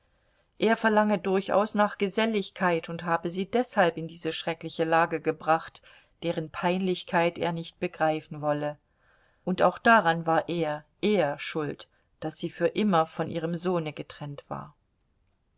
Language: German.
er verlange durchaus nach geselligkeit und habe sie deshalb in diese schreckliche lage gebracht deren peinlichkeit er nicht begreifen wolle und auch daran war er er schuld daß sie für immer von ihrem sohne getrennt war